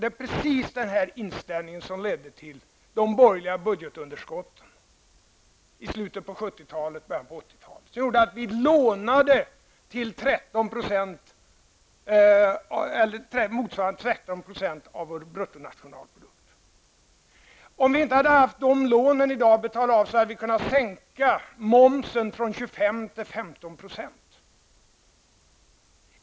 Det är nämligen precis den inställningen som ledde till de borgerliga budgetunderskotten i slutet av 70-talet och i början av 80-talet och som gjorde att vi lånade till motsvarande 13 % av vår bruttonationalprodukt. Om vi i dag inte hade haft dessa lån att betala av, hade vi kunnat sänka momsen från 25 % till 15 %.